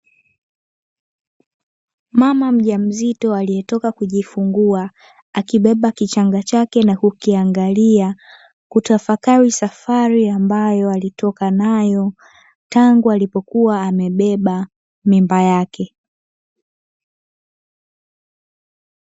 Mama mjamzito aliyetoka kujifungua akibeba kichanga chake na kukiangalia, kutafakari safari ambayo alitoka nayo tangu alipokuwa amebeba mimba yake.